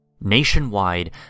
Nationwide